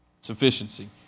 Sufficiency